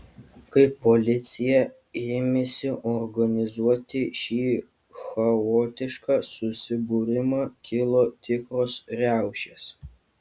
kai policija ėmėsi organizuoti šį chaotišką susibūrimą kilo tikros riaušės